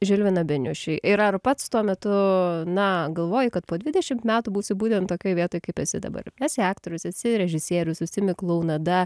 žilviną beniušį ir ar pats tuo metu na galvojai kad po dvidešimt metų būsi būtent tokioj vietoj kaip esi dabar esi aktorius esi režisierius užsiimi klounada